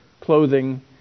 clothing